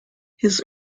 his